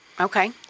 Okay